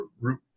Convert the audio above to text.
root